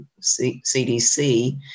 CDC